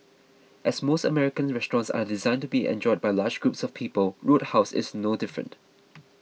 as most American restaurants are designed to be enjoyed by large groups of people Roadhouse is no different